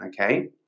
okay